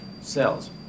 cells